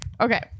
Okay